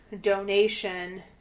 donation